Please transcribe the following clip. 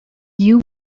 you